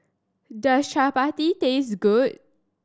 does Chapati taste good